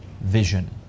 vision